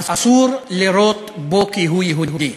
אסור לירות בו כי הוא יהודי.